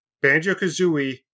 Banjo-Kazooie